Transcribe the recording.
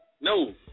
no